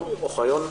נשים.